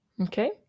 Okay